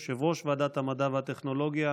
יושב-ראש ועדת המדע והטכנולוגיה